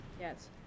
Yes